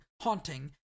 haunting